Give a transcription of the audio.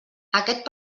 aquest